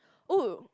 oh